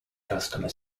customer